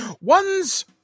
one's